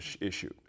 issue